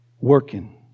working